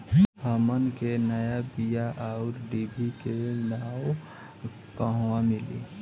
हमन के नया बीया आउरडिभी के नाव कहवा मीली?